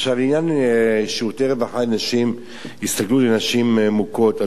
לעניין שירותי רווחה, הסתגלות של נשים מוכות.